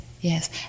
yes